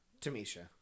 Tamisha